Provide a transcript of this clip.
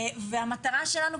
והמטרה שלנו,